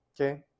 okay